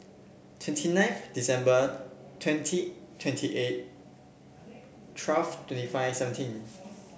twenty ninth December twenty twenty eight twelve twenty five seventeen